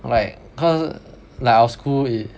like cause like our school i~